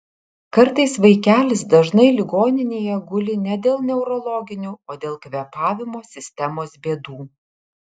kartais vaikelis dažnai ligoninėje guli ne dėl neurologinių o dėl kvėpavimo sistemos bėdų